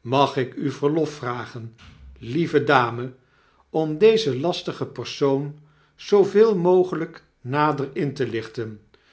mag ik u verlof vragen lieve dame om dezen lastigen persoon zooveel mogelyk nader in te lichten